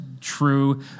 true